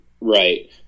right